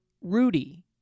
Rudy